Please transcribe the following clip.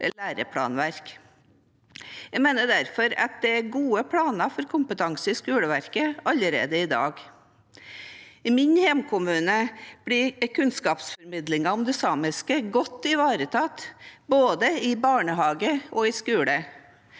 Jeg mener derfor det er gode planer for kompetanse i skoleverket allerede i dag. I min hjemkommune blir kunnskapsformidlingen om det samiske godt ivaretatt både i barnehage og i skole.